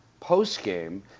postgame